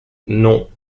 non